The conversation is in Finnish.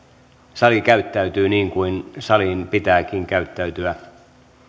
sali käyttäytyy niin kuin salin pitääkin käyttäytyä